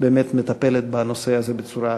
מטפלת בנושא הזה בצורה אמיתית.